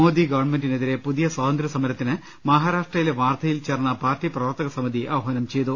മോദി ഗവൺമെന്റിനെതിരെ പുതിയ സ്ഥാത ന്ത്ര്യസമരത്തിന് മഹാരാഷ്ട്രയിലെ വാർധയിൽ ചേർന്ന പാർട്ടി പ്രവർത്തക സമിതി ആഹാനം ചെയ്തു